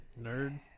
nerd